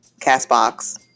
CastBox